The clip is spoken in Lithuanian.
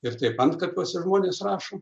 ir taip antkapiuose žmonės rašo